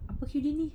apa houdini